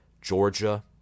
Georgia